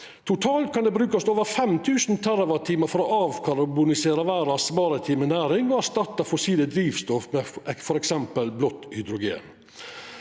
Totalt kan det brukast over 5 000 TWh for å avkarbonisera verdas maritime næring og erstatte fossilt drivstoff med f.eks. blått hydrogen.